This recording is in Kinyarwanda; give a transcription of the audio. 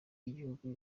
y’igihugu